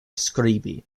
skribi